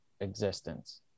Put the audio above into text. existence